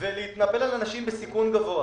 ולהתנפל על אנשים בסיכון גבוה